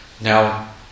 Now